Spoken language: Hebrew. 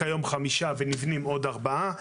נבנים עוד ארבעה.